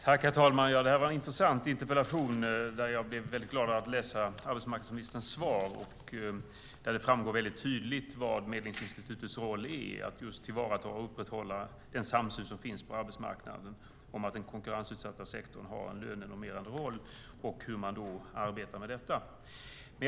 Herr talman! Det var en intressant interpellation, och jag blev väldigt glad av att läsa arbetsmarknadsministerns svar, där det tydligt framgår vilken Medlingsinstitutets roll är: "att tillvarata och upprätthålla den samsyn som finns på arbetsmarknaden om att den konkurrensutsatta sektorn har en lönenormerande roll". Herr talman!